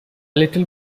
little